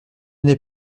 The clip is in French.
n’est